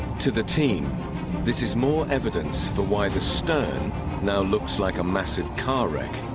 to the team this is more evidence for why the stone now looks like a massive car wreck